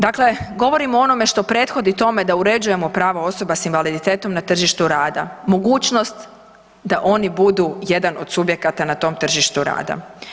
Dakle, govorimo o onome što prethodi tome da uređuje prava osoba s invaliditetom na tržištu rada, mogućnost da oni budu jedan od subjekata na tom tržištu rada.